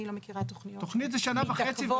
אני לא מכירה תכניות שמתעכבות --- תכנית זה שנה וחצי.